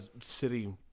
City